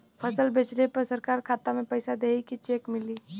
फसल बेंचले पर सरकार खाता में पैसा देही की चेक मिली?